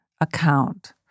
account